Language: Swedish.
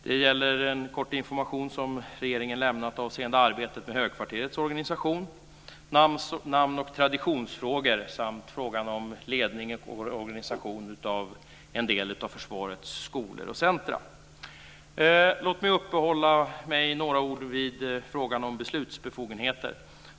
Det gäller en kort information som regeringen lämnar avseende arbetet med högkvarterets organisation, namn och traditionsfrågor samt ledningen för organisationen av en del av försvarets skolor och centrum. Låt mig något beröra frågan om beslutsbefogenheter.